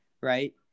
Right